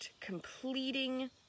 completing